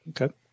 Okay